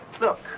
Look